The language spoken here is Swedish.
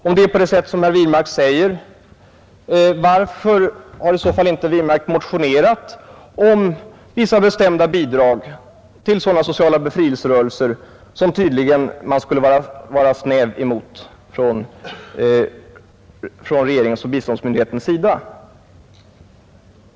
Om det är som herr Wirmark säger, varför har i så fall inte herr Wirmark motionerat om vissa bestämda bidrag till sådana sociala befrielserörelser som regeringen och biståndsmyndigheten tydligen skulle vara snäva mot?